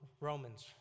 Romans